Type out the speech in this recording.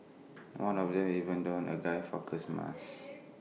one of them even donned A guy Fawkes mask